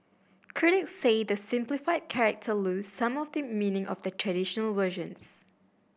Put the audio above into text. Critics say the simplified character lose some of the meaning of the traditional versions